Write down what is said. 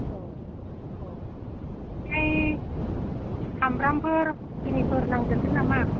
औ औ ओमफ्राय सामब्रामफोर एरिफोर नांदेरगोन नामा